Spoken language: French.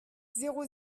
zéro